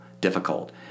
difficult